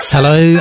Hello